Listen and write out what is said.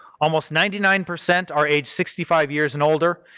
almost ninety nine percent are age sixty five years and older.